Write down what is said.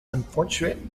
unfortunate